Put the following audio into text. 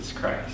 Christ